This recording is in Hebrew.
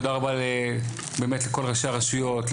תודה רבה באמת לכל ראשי הרשויות,